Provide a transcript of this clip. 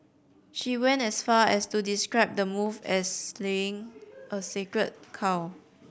she went as far as to describe the move as slaying of a sacred cow